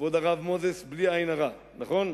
כבוד הרב מוזס, בלי עין הרע, נכון?